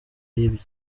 yibye